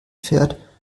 fährt